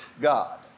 God